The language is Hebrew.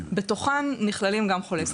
בתוכן נכללים גם חולי סרטן.